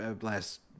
Last